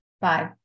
Five